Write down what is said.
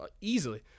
easily